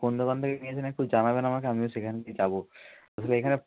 কোন দোকান থেকে নিয়েছেন একটু জানাবেন আমাকে আমিও সেখানকে যাবো আসলে এখানে